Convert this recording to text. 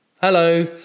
Hello